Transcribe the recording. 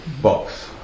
box